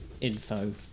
info